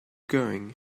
going